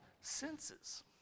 senses